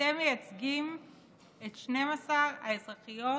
אתם מייצגים את 12 האזרחיות